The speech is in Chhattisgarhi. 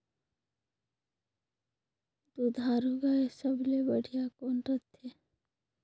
दुधारू गाय सबले बढ़िया कौन रथे?